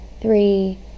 Three